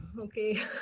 Okay